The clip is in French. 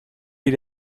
les